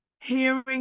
hearing